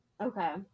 Okay